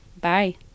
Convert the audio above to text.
bye